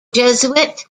jesuit